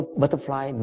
butterfly